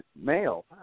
male